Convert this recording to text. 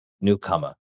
Newcomer